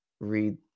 read